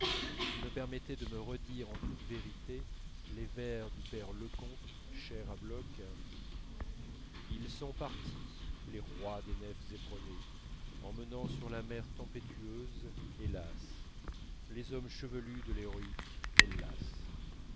ce qui me permettait de me redire en toute vérité les vers du père leconte chers à bloch ils sont partis les rois des nefs éperonnées emmenant sur la mer tempétueuse hélas les hommes chevelus de l'héroïque hellas